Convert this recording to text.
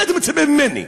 מה אתה מצפה ממני?